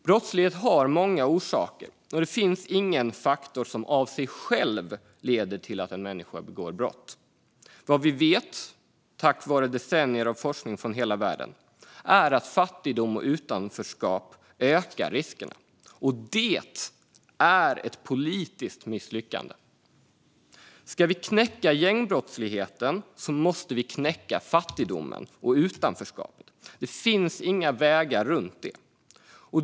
Brottslighet har många orsaker, och det finns ingen faktor som av sig själv leder till att en människa begår brott. Vad vi vet, tack vare decennier av forskning från hela världen, är att fattigdom och utanförskap ökar riskerna. Det är ett politiskt misslyckande. Ska vi knäcka gängbrottsligheten måste vi knäcka fattigdomen och utanförskapet. Det finns inga vägar runt det.